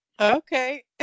Okay